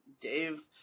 Dave